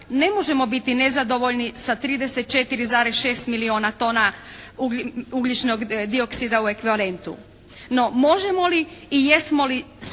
ne možemo biti nezadovoljni sa 34,6 milijona tona ugljičnog dioksida u ekvalentu. No, možemo li i jesmo li